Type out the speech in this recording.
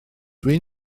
dwi